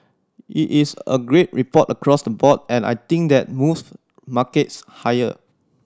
it's a great report across the board and I think that moves markets higher